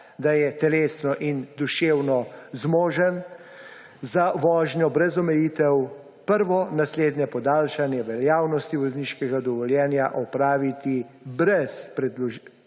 da je telesno in duševno zmožen za vožnjo brez omejitev, prvo naslednje podaljšanje veljavnosti vozniškega dovoljenja opraviti brez predložitve